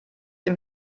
dem